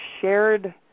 shared